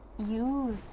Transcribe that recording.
use